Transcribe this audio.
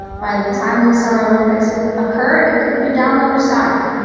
by the time the summer olympics occur, it could be down the other side,